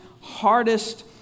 hardest